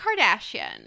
Kardashian